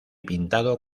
pintado